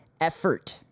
effort